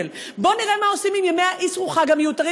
בוא נראה מה עושים עם ימי האסרו-חג המיותרים,